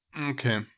okay